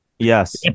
Yes